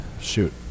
shoot